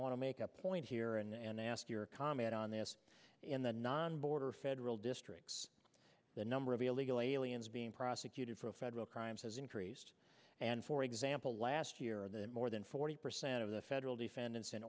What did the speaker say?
want to make a point here and ask your comment on this in the non border federal districts the number of illegal aliens being prosecuted for a federal crimes has increased and for example last year more than forty percent of the federal defendants in